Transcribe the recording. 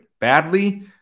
badly